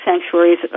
sanctuaries